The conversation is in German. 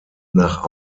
nach